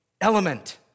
element